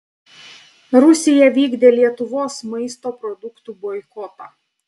rusija vykdė lietuvos maisto produktų boikotą